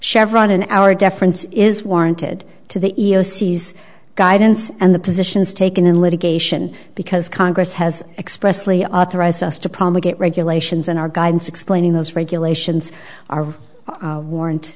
chevron and our deference is warranted to the e e o c these guidance and the positions taken in litigation because congress has expressly authorized us to probably get regulations in our guidance explaining those regulations are warrant